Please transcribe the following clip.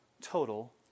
total